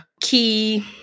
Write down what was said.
key